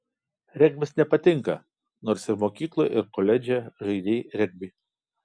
regbis nepatinka nors ir mokykloje ir koledže žaidei regbį